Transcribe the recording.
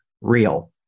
real